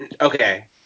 Okay